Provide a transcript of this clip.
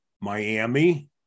Miami